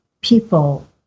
people